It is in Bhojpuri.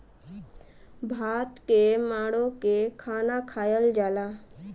भात के माड़ो के खाना खायल जाला